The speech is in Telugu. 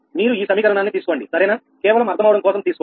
మీరు ఈ సమీకరణాన్ని తీసుకోండి సరేనా కేవలం అర్థమవడం కోసం తీసుకోండి